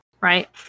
right